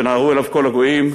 ונהרו אליו כל הגוים,